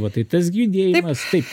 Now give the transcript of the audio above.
va tai tas gi judėjimas taip